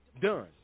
done